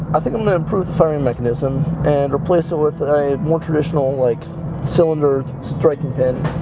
i think i'm gonna improve the firing mechanism, and replace it with a more traditional like cylinder striking pin.